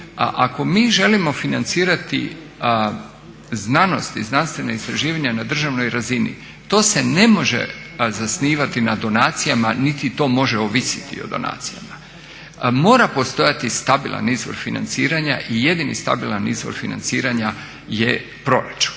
ako mi želimo financirati znanost i znanstvena istraživanja na državnoj razini to se ne može zasnivati na donacijama niti to može ovisiti o donacijama. Mora postajati stabilan izvor financiranja i jedini stabilan izvor financiranja je proračun.